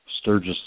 Sturgis